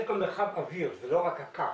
יש גם מרחב אווירי, זה לא רק הקרקע.